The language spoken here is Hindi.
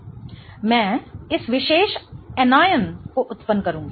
मैं इस विशेष आनायन को उत्पन्न करूंगी